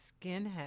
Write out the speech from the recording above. skinhead